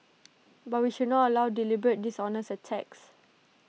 but we should not allow deliberate dishonest attacks